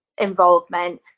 involvement